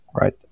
right